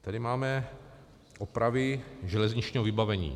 Tady máme opravy železničního vybavení.